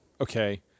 okay